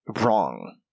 wrong